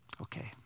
Okay